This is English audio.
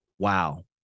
Wow